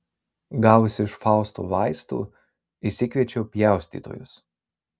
gavusi iš fausto vaistų išsikviečiau pjaustytojus